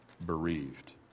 bereaved